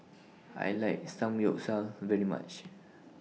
I like Samgyeopsal very much